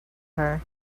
her